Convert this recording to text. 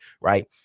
right